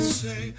say